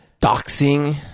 Doxing